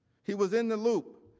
he was in the loop,